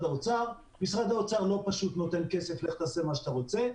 האוצר לא פשוט נותן כסף ולך תעשה מה שאתה רוצה.